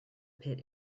pit